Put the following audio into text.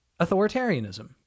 authoritarianism